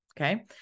Okay